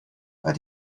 but